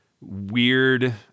weird